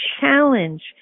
challenge